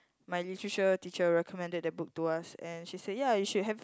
my literature teacher recommended the book to us and she said ya you should have